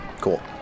Cool